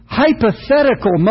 hypothetical